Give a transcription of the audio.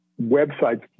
websites